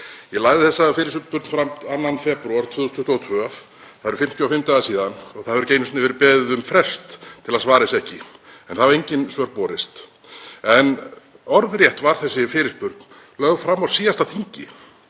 Ég lagði þessa fyrirspurn fram 2. febrúar 2022. Það eru 55 dagar síðan og það hefur ekki einu sinni verið beðið um frest til að svara þessu ekki. Það hafa engin svör borist. Orðrétt var þessi fyrirspurn lögð fram á síðasta þingi.